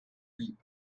reap